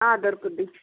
దొరుకుతుంది